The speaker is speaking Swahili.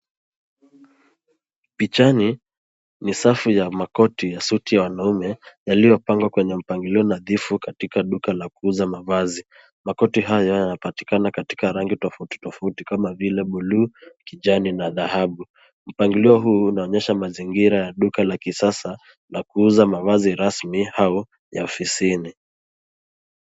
Pichani ni safu ya makoti ya suti ya wanaume yaliyopangwa kwenye mpangilio nadhifu katika duka la kuuza mavazi. Makoti haya yanapatikana katika rangi tofauti tofauti kama vile buluu, kijani na dhahabu. Mpangilio huu unaonyesha mazingira ya duka la kisasa la kuuza mavazi rasmi au ya ofisini.